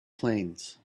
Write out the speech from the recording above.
planes